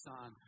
Son